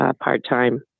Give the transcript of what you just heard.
part-time